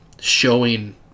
showing